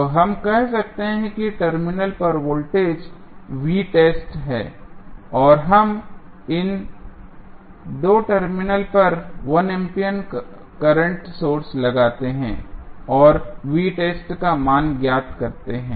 तो हम कहते हैं कि टर्मिनल पर वोल्टेज है और हम इन 2 टर्मिनलों पर 1 एम्पीयर करंट सोर्स लगाते हैं और का मान ज्ञात करते हैं